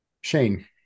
Shane